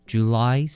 July